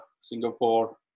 Singapore